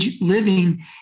living